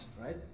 right